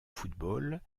football